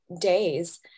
days